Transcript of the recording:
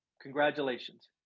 congratulations